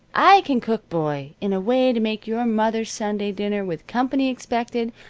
i can cook, boy, in a way to make your mother's sunday dinner, with company expected,